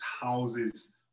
houses